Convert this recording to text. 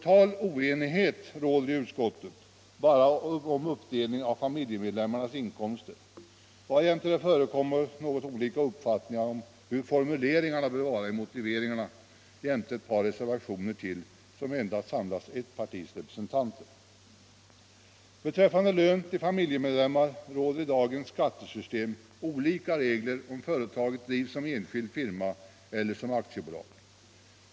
Total oenighet råder i utskottet bara om uppdelningen av Fredagen den familjemedlemmarnas inkomster, varjämte det förekommer något olika upp — 5 mars 1976 fattningar om hur formuleringarna bör vara i motiveringarna jämte ytter: = ligare ett par reservationer, som endast samlat ett partis representanter. Avveckling av s.k. Beträffande lön till familjemedlemmar gäller i dagens skattesystem olika — faktisk sambeskattregler om företaget drivs som enskild firma eller som aktiebolag.